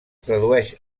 tradueix